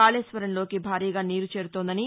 కాశేశ్వరంలోకి భారీగా నీరు చేరుతోందని